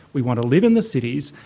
we want to live in the cities.